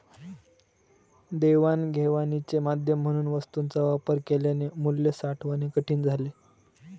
देवाणघेवाणीचे माध्यम म्हणून वस्तूंचा वापर केल्याने मूल्य साठवणे कठीण झाले